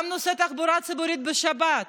גם נושא התחבורה הציבורית בשבת